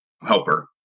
helper